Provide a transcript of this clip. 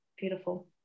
Beautiful